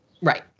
Right